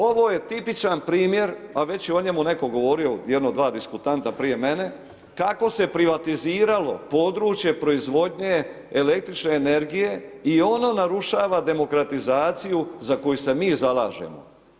Ovo je tipičan primjer, a već je o njemu netko govorio, jedno dva diskutanta prije mene kako se privatiziralo područje proizvodnje električne energije i ono narušava demokratizaciju za koju se mi zalažemo.